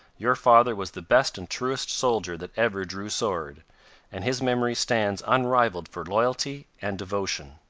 your father was the best and truest soldier that ever drew sword and his memory stands unrivaled for loyalty and devotion.